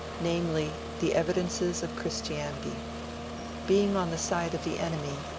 namely, the evidences of christianity being on the side of the enemy,